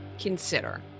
consider